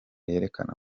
yerekana